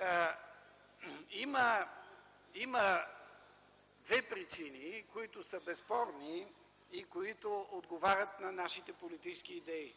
(Реплика от ДПС.) Има две причини, които са безспорни и които отговарят на нашите политически идеи,